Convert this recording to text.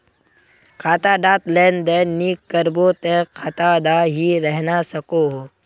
खाता डात लेन देन नि करबो ते खाता दा की रहना सकोहो?